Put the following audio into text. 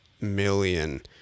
million